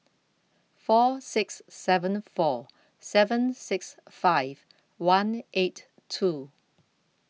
four six seven four seven six five one eight two